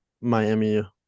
Miami